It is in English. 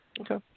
Okay